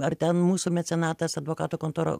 ar ten mūsų mecenatas advokatų kontora